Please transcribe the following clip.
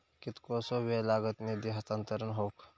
कितकोसो वेळ लागत निधी हस्तांतरण हौक?